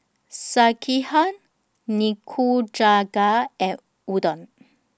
Sekihan Nikujaga and Udon